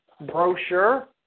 brochure